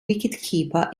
wicketkeeper